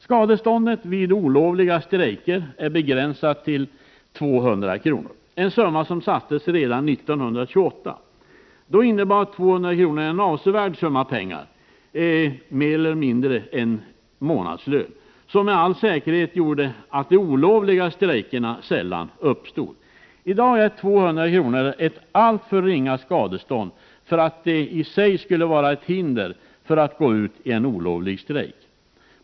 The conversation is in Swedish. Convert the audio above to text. Skadeståndet vid olovliga strejker är begränsat till 200 kr. — en summa som lades fast redan 1928. Då innebar 200 kr. en avsevärd summa pengar — mer eller mindre en månadslön — som med all säkerhet medförde att olovliga strejker sällan uppstod. I dag är 200 kr. ett alltför ringa skadestånd för att det i sig skall vara ett hinder för att gå ut i en olovlig strejk.